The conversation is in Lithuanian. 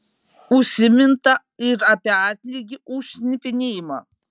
užsiminta ir apie atlygį už šnipinėjimą